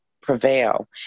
prevail